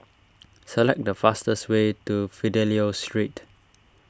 select the fastest way to Fidelio Street